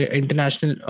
international